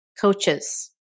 coaches